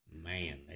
Man